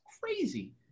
crazy